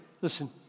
Listen